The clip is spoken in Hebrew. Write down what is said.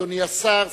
אדוני השר,